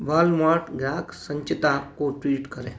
Walmart ग्राहक संचिता को tweet करें